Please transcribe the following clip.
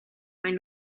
maen